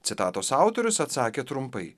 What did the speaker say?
citatos autorius atsakė trumpai